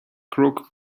crook